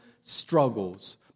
struggles